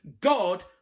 God